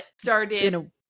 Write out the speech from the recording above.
started